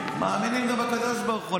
מאמינים גם בקדוש ברוך הוא,